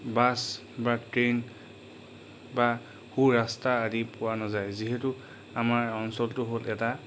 bus বা train বা সুৰাস্তা আদি পোৱা নাযায় যিহেতু আমাৰ অঞ্চলটো হ'ল এটা